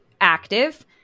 active